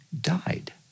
died